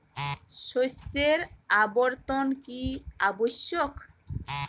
শস্যের আবর্তন কী আবশ্যক?